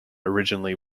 originally